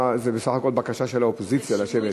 זו בסך הכול בקשה של האופוזיציה לשבת.